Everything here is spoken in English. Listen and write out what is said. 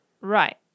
right